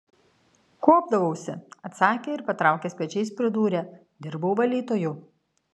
kuopdavausi atsakė ir patraukęs pečiais pridūrė dirbau valytoju